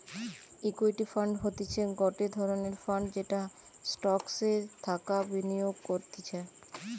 equity fund হতিছে গটে ধরণের ফান্ড যেটা স্টকসে টাকা বিনিয়োগ করতিছে